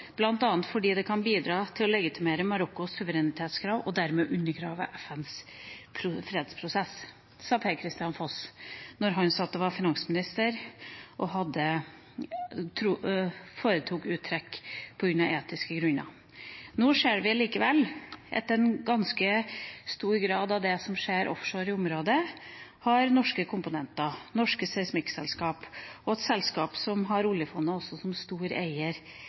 fordi dette kan bidra til å legitimere Marokkos suverenitetskrav og dermed undergrave FNs fredsprosess.» Det sa Per-Kristian Foss da han var finansminister og foretok uttrekk av etiske grunner. Nå ser vi likevel at en ganske stor del av det som skjer offshore i området, har norske komponenter. Der er norske seismikkselskaper, og selskaper som har oljefondet som stor eier,